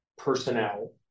personnel